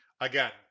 Again